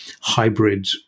hybrid